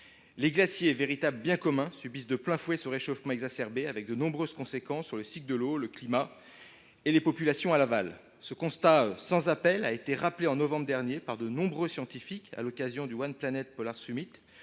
Les glaciers, véritables biens communs, subissent de plein fouet ce réchauffement exacerbé, avec de nombreuses conséquences sur le cycle de l’eau, le climat et les populations en aval. Ce constat sans appel a été rappelé en novembre dernier par de nombreux scientifiques à l’occasion du, premier sommet